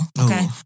Okay